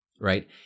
right